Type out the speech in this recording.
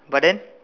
but then